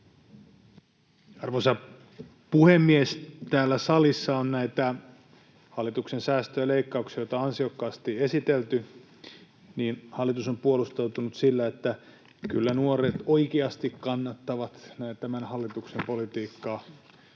Arvoisa puhemies! Täällä salissa on näitä hallituksen säästöjä ja leikkauksia, joita on ansiokkaasti esitelty, ja hallitus on puolustautunut sillä, että kyllä nuoret oikeasti kannattavat tämän hallituksen politiikkaa